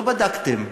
לא בדקתם.